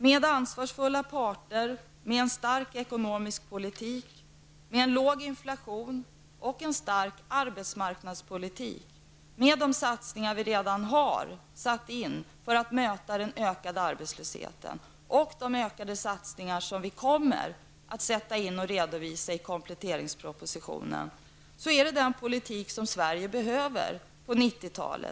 Med ansvarsfulla parter, med en stark ekonomisk politik, med en låg inflation och en kraftfull arbetsmarknadspolitik, de satsningar vi redan har påbörjat för att möta den ökade arbetslösheten och de ökade satsningar som vi kommer att redovisa i kompletteringspropositionen får vi den politik som Sverige behöver på 90-talet.